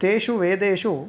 तेषु वेदेषु